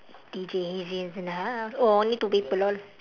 D_J izzy is in the house oh only two people lol